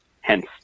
hence